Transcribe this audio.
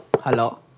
Hello